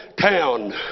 town